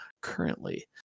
currently